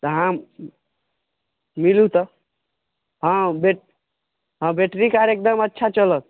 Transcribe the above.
तऽ अहाँ मिलु तऽ हँ बेट हँ बेट्रिक आर एकदम अच्छा चलत